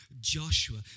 Joshua